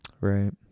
Right